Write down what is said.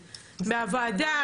מהוועדה,